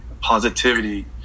positivity